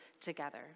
together